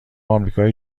آمریکای